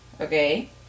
okay